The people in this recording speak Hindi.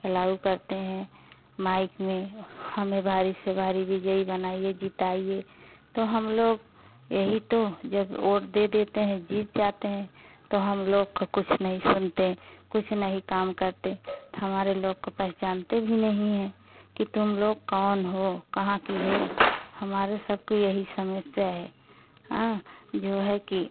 फैलाऊ करते हैं माइक में वह हमें भारी से भारी विजयी बनाइए जिताइए तो हम लोग यही तो जब ओट दे देते हैं जीत जाते हैं तो हम लोग का कुछ नहीं सुनते कुछ नहीं काम करते तो हमारे लोग को पहचानते भी नहीं हैं कि तुम लोग कौन हो कहाँ के हो हमारे सबकी यही समेस्या है हाँ जो है कि